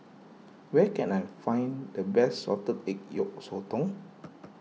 where can I find the best Salted Egg Yolk Sotong